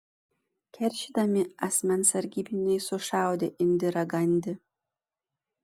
keršydami asmens sargybiniai sušaudė indirą gandi